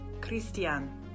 Christian